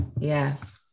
Yes